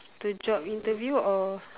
the job interview or